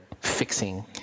fixing